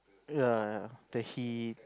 ya ya the heat